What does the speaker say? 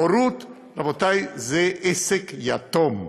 הורות, רבותי, זה עסק יתום,